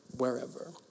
wherever